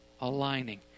aligning